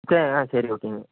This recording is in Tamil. ஆ சரி ஓகேங்க